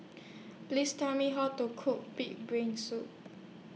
Please Tell Me How to Cook Pig'S Brain Soup